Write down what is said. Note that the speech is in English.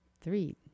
Three